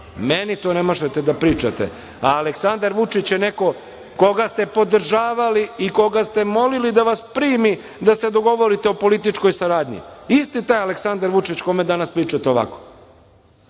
Meni to ne možete da pričate. Aleksandar Vučić je neko koga ste podržavali i koga ste molili da vas primi da se dogovorite o političkoj saradnji, isti taj Aleksandar Vučić o kome danas pričate ovako,